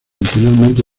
anteriormente